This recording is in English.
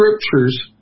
Scriptures